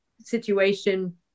situation